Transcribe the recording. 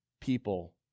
people